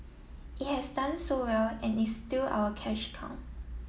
it has done so well and is still our cash cow